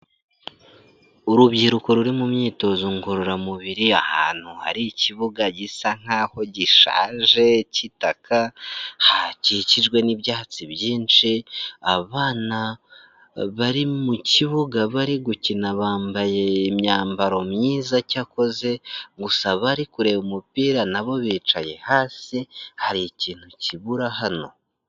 Urubyiruko ruri mu myitozo ngororamubiri ahantu hari ikibuga gisa nk'aho gishaje k'itaka hakikijwe n'ibyatsi byinshi abana bari mu kibuga bari gukina bambaye imyambaro myiza cyakoze, gusa bari kureba umupira nabo bicaye hasi hari ikintu kibura hano.